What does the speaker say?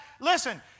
Listen